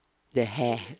the hair